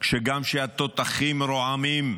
-- שגם כשהתותחים רועמים,